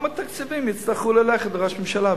גם התקציבים יצטרכו ללכת לראש הממשלה,